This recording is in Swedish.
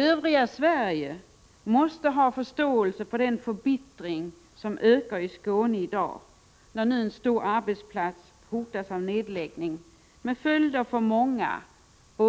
Övriga Sverige måste ha förståelse för den förbittring som ökar i Skåne, när nu en stor arbetsplats hotas av nedläggning med följder för många